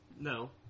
No